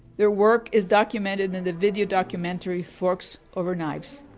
their work is documented in the video documentary forks over knives.